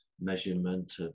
measurement